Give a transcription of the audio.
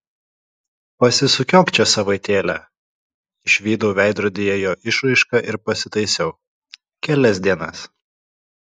pasisukiok čia savaitėlę išvydau veidrodyje jo išraišką ir pasitaisiau kelias dienas